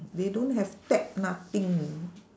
they don't have tap nothing